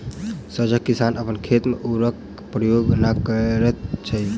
सजग किसान अपन खेत मे उर्वरकक प्रयोग नै करैत छथि